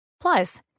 Plus